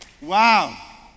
Wow